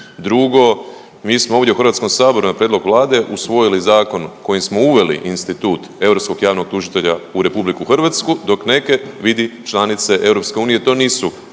Drugo, mi smo ovdje u Hrvatskom saboru na prijedlog Vlade usvojili zakon kojim smo uveli institut europskog javnog tužitelja u RH dok neke vidi članice EU to nisu